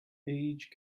age